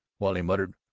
while he muttered,